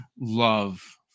love